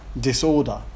disorder